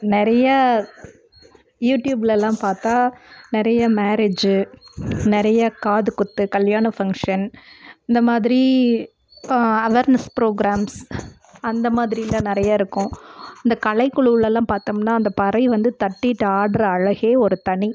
நிறைய யூட்யூப்லலாம் பார்த்தா நிறைய மேரேஜு நிறைய காது குத்து கல்யாண ஃபங்க்ஷன் இந்த மாதிரி அவேர்னெஸ் ப்ரோக்ராம்ஸ் அந்த மாதிரிலாம் நிறையா இருக்கும் இந்த கலைக்குழுவுலலாம் பார்த்தோம்னா அந்த பறை வந்து தட்டிட்டு ஆடுற அழகே ஒரு தனி